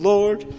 Lord